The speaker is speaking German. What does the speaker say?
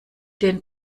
den